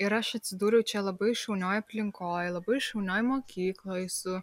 ir aš atsidūriau čia labai šaunioj aplinkoj labai šaunioj mokykloj su